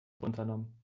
unternommen